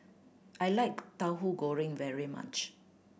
I like Tahu Goreng very much